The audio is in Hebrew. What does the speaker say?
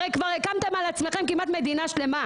הרי כבר הקמתם על עצמכם כמעט מדינה שלמה,